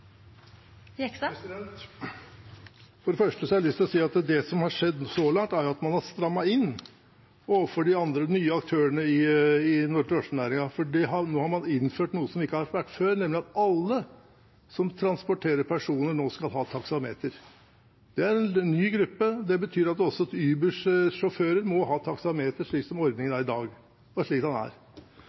slik kontroll. For det første har jeg lyst til å si at det som har skjedd så langt, er at man har strammet inn overfor de andre, nye aktørene i drosjenæringen, for nå har man innført noe som ikke har vært før, nemlig at alle som transporterer personer, skal ha taksameter. Det er en ny gruppe. Det betyr at også Ubers sjåfører må ha taksameter, slik som ordningen er i dag. Det er slik den er.